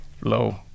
low